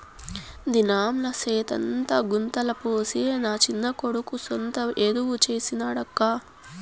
దినంలా సెత్తంతా గుంతల పోసి నా చిన్న కొడుకు సొంత ఎరువు చేసి నాడక్కా